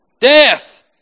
Death